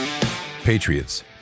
Patriots